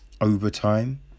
overtime